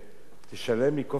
שלם לי כופר חנייה,